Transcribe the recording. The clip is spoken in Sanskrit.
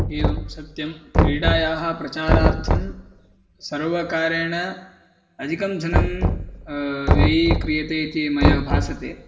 एवं सत्यं क्रीडायाः प्रचारार्थं सर्वकारेण अधिकं धनं व्ययीक्रियते इति मया भासते